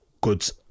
goods